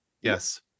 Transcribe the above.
Yes